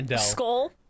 Skull